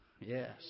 Yes